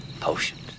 potions